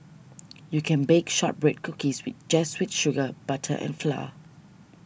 you can bake Shortbread Cookies with just with sugar butter and flour